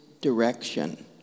direction